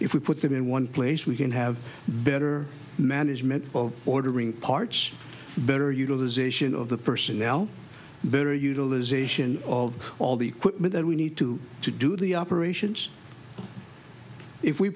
if we put them in one place we can have better management of ordering parts better utilization of the personnel better utilization of all the equipment that we need to to do the operations if we